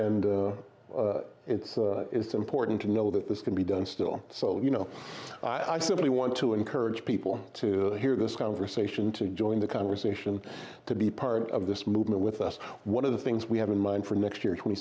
and it is important to know that this can be done still so you know i actually want to encourage people to hear this conversation to join the conversation to be part of this movement with us one of the things we have in mind for next year twenty